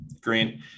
green